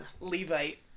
Levite